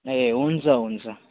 ए हुन्छ हुन्छ